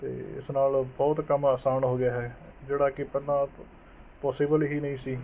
ਅਤੇ ਇਸ ਨਾਲ ਬਹੁਤ ਕੰਮ ਆਸਾਨ ਹੋ ਗਿਆ ਹੈ ਜਿਹੜਾ ਕਿ ਪਹਿਲਾਂ ਪੋਸੀਬਲ ਹੀ ਨਹੀਂ ਸੀ